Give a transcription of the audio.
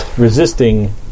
Resisting